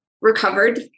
recovered